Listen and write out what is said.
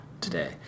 today